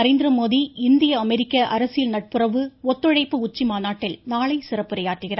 நரேந்திரமோதி இந்திய அமெரிக்க அரசியல் நட்புறவு மற்றும் ஒத்துழைப்பு உச்சி மாநாட்டில் நாளை சிறப்புரை ஆற்றுகிறார்